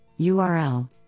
url